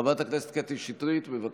חברת הכנסת קטי שטרית, בבקשה.